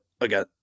again